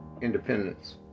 independence